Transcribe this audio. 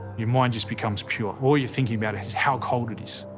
your mind just becomes pure. all you're thinking about is how cold it is.